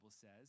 says